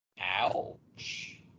Ouch